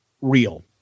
real